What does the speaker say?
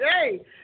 hey